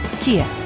Kia